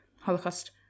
Holocaust